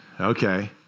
Okay